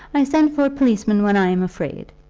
i send for a policeman when i am afraid.